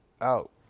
out